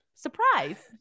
surprise